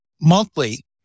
monthly